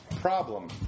problem